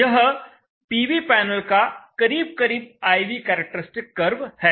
यह PV panel का करीब करीब I V करैक्टरिस्टिक कर्व है